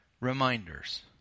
reminders